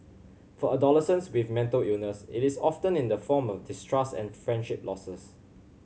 for adolescents with mental illness it is often in the form of distrust and friendship losses